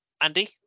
Andy